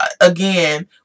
again